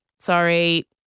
Sorry